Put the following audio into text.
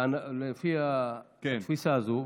לפי התפיסה הזו,